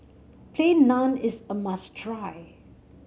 Plain Naan is a must try